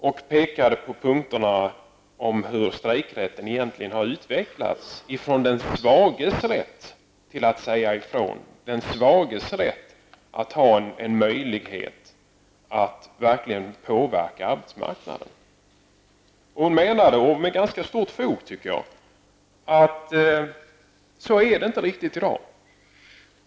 Hon pekade där på hur strejkrätten egentligen har utvecklats från den tid då det handlade om den svages rätt att säga ifrån, den svages möjlighet att verkligen påverka arbetsmarknaden. Hon menade -- och hon hade enligt min uppfattning ganska stor fog för det -- att det inte riktigt är på det sättet i dag.